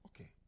Okay